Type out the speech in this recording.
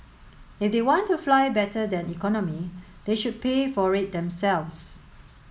if they want to fly better than economy they should pay for it themselves